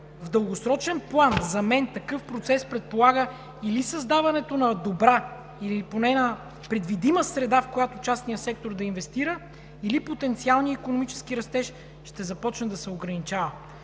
В дългосрочен план за мен такъв процес предполага създаването на добра или поне на предвидима среда, в която частният сектор да инвестира, или потенциалният икономически растеж ще започне да се ограничава.